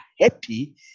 happy